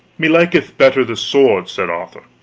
me liketh better the sword, said arthur.